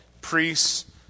Priests